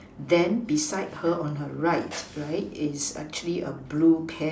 then beside her on her right right is actually a blue pant